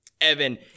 Evan